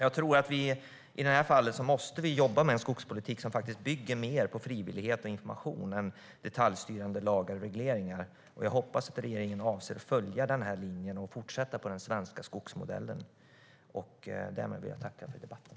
Jag tror att vi i detta fall måste jobba med en skogspolitik som faktiskt bygger mer på frivillighet och information än på detaljstyrande lagar och regleringar. Jag hoppas att regeringen avser att följa denna linje och fortsätta med den svenska skogsmodellen. Därmed vill jag tacka för debatten.